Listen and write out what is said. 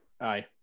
Aye